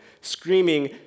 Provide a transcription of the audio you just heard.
screaming